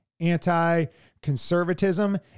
anti-conservatism